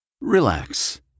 Relax